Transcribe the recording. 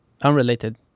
unrelated